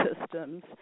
systems